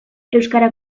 euskara